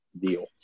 deal